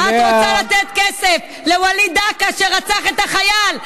את רוצה לתת כסף לווליד דקה, שרצח את החייל.